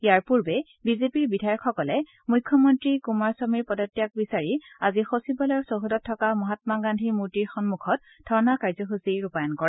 ইয়াৰ পূৰ্বে বিজেপিৰ বিধায়কসকলে মুখ্যমন্ত্ৰী কুমাৰস্বামীৰ পদত্যাগ বিচাৰি আজি সচিবালয়ৰ চৌহদত থকা মহাম্মা গান্ধীৰ মূৰ্তিৰ সন্মুখত ধৰ্ণা কাৰ্য্যসূচী ৰূপায়ণ কৰে